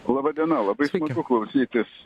laba diena labai smagu klausytis